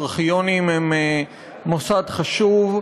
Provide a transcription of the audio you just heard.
ארכיונים הם מוסד חשוב,